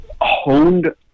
honed